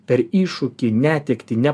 per iššūkį netektį ne